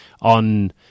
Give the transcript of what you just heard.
on